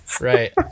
Right